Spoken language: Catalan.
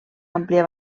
àmplia